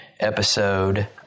episode